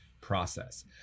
process